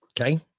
Okay